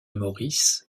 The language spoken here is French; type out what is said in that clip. maurice